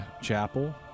chapel